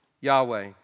Yahweh